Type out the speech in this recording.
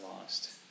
lost